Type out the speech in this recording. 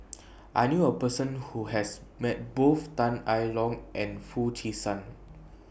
I knew A Person Who has Met Both Tan I Tong and Foo Chee San